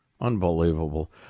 Unbelievable